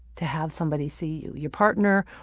to have somebody see you. your partner,